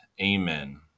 Amen